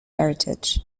heritage